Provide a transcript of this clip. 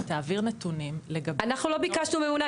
היא תעביר נתונים לגבי --- אנחנו לא ביקשנו ממונה.